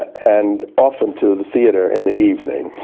and often to the theater in the evening.